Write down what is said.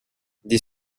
des